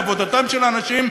לעבודתם של האנשים,